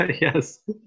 Yes